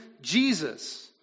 Jesus